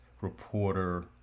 reporter